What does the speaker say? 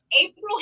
April